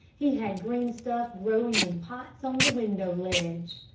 he had green stuff growing in pots on the window ledge.